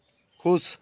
खुश